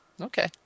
Okay